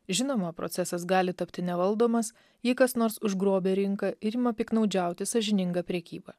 žinoma procesas gali tapti nevaldomas jei kas nors užgrobia rinką ir ima piktnaudžiauti sąžininga prekyba